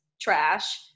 trash